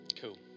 Cool